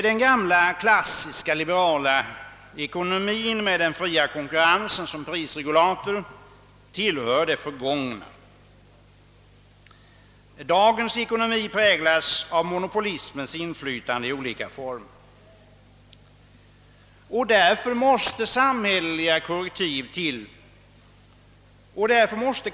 Den gamla klassiska liberala ekonomin med den fria konkurrensen som prisregulator tillhör det förgångna. Dagens ekonomi präglas av monopolismens inflytande i olika former. Därför måste samhälleliga korrektiv till.